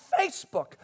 Facebook